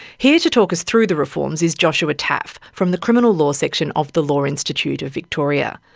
here to talk us through the reforms is joshua taaffe from the criminal law section of the law institute of victoria.